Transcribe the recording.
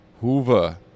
hoover